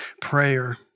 prayer